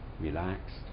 relaxed